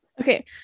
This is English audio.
Okay